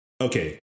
Okay